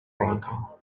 rękę